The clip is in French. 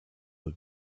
eux